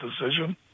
decision